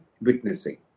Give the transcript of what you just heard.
witnessing